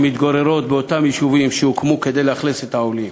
שמתגוררות באותם יישובים שהוקמו כדי לשכן בהם את העולים.